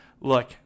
look